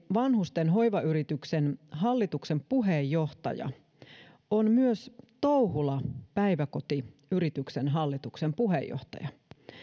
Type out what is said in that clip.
vanhustenhoivayrityksen hallituksen puheenjohtaja on myös touhula päiväkotiyrityksen hallituksen puheenjohtaja